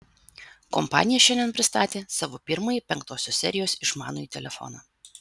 kompanija šiandien pristatė savo pirmąjį penktosios serijos išmanųjį telefoną